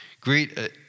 Greet